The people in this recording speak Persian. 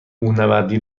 کوهنوردی